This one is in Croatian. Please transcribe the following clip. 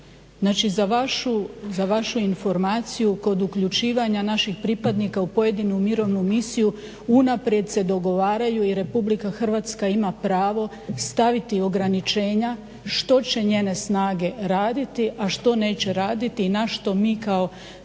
za vašu informaciju kod uključivanja naših pripadnika u pojedinu mirovnu misiju unaprijed se dogovaraju i Republika Hrvatska ima pravo staviti ograničenja što će njene snage raditi, a što neće raditi i na što mi kao